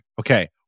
Okay